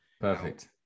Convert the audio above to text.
Perfect